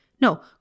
No